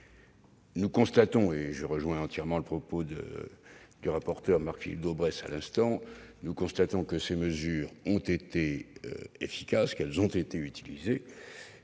Nous constatons- je rejoins entièrement le propos du rapporteur Marc-Philippe Daubresse -que ces mesures ont été efficaces et qu'elles ont été mises